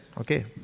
okay